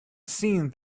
seen